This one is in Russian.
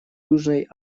южной